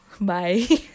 bye